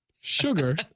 sugar